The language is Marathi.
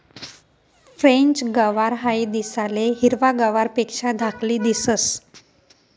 फ्रेंच गवार हाई दिसाले हिरवा गवारपेक्षा धाकली दिसंस